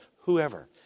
whoever